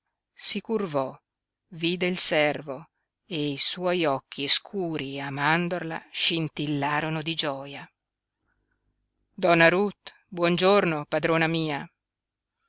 si curvò vide il servo e i suoi occhi scuri a mandorla scintillarono di gioia donna ruth buon giorno padrona mia